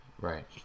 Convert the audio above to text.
Right